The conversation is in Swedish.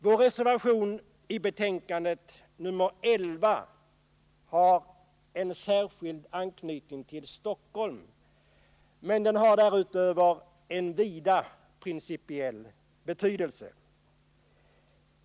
Vår reservation nr 11 i betänkandet har en särskild anknytning till Stockholm, men den har därutöver en vidare principiell betydelse.